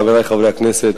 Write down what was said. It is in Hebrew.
חברי חברי הכנסת,